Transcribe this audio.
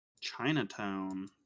Chinatown